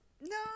No